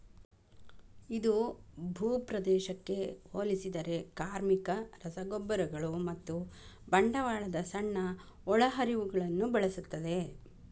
ಇದು ಭೂಪ್ರದೇಶಕ್ಕೆ ಹೋಲಿಸಿದರೆ ಕಾರ್ಮಿಕ, ರಸಗೊಬ್ಬರಗಳು ಮತ್ತು ಬಂಡವಾಳದ ಸಣ್ಣ ಒಳಹರಿವುಗಳನ್ನು ಬಳಸುತ್ತದೆ